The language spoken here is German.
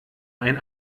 ein